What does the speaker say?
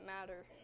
matter